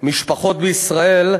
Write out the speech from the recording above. משפחות בישראל,